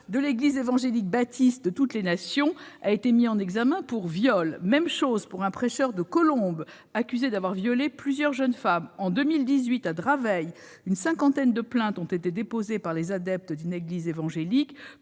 de l'Église évangélique baptiste de toutes les nations (EBTN), a été mis en examen pour viols ; même chose pour un prêcheur de Colombes, accusé d'avoir violé plusieurs jeunes femmes. En 2018, à Draveil, une cinquantaine de plaintes ont été déposées par les adeptes d'une église évangélique